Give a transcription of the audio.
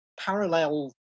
parallel